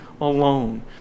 alone